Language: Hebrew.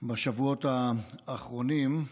בשבועות האחרונים.